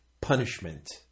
punishment